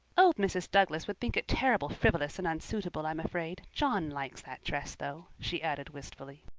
old mrs. douglas would think it terrible frivolous and unsuitable, i'm afraid. john likes that dress, though, she added wistfully.